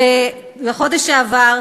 בחודש שעבר,